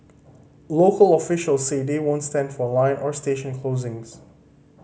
local officials say they won't stand for line or station closings